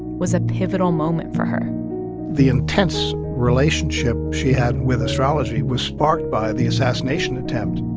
was a pivotal moment for her the intense relationship she had with astrology was sparked by the assassination attempt